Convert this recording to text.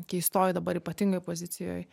keistoj dabar ypatingoj pozicijoj